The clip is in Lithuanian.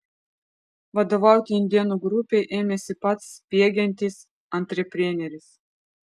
vadovauti indėnų grupei ėmėsi pats spiegiantis antrepreneris